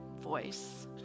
voice